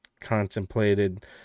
contemplated